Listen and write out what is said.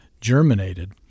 germinated